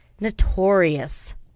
notorious